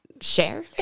share